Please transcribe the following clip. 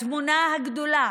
התמונה הגדולה,